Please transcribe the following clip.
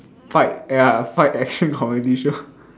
fight ya fight action comedy show